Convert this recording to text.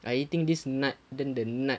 I eating this nut then the nut